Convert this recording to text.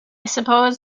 suppose